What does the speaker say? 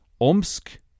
Omsk